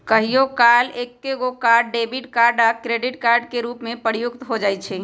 कहियो काल एकेगो कार्ड डेबिट कार्ड आ क्रेडिट कार्ड के रूप में प्रयुक्त हो जाइ छइ